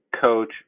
Coach